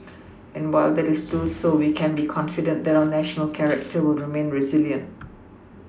and while that is still so we can be confident that our national character will remain resilient